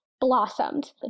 blossomed